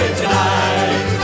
tonight